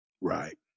Right